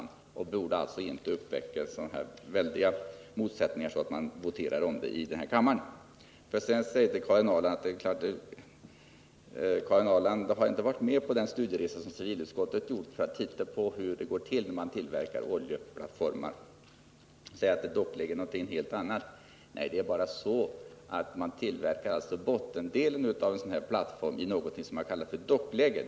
Det borde inte väcka till liv sådana väldiga motsättningar att det voteras om saken här i kammaren. Karin Ahrland var inte med på den studieresa som civilutskottet gjorde för att titta på hur det går till att tillverka oljeplattformar. Hon säger att dockläge är något helt annat. Nej, det förhåller sig så att man tillverkar bottendelen till en plattform i något som kallas ett dockläge.